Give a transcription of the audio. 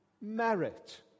merit